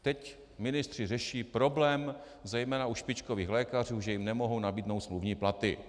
Teď ministři řeší problém zejména u špičkových lékařů, že jim nemohou nabídnou smluvní platy.